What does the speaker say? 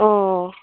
অঁ